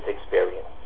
experience